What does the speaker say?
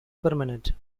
permanent